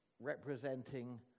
representing